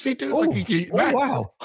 Wow